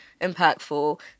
impactful